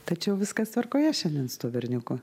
tačiau viskas tvarkoje šiandien su tuo berniuku